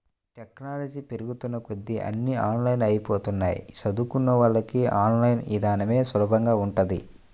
technology పెరుగుతున్న కొద్దీ అన్నీ ఆన్లైన్ అయ్యిపోతన్నయ్, చదువుకున్నోళ్ళకి ఆన్ లైన్ ఇదానమే సులభంగా ఉంటది